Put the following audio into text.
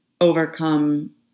overcome